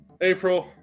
April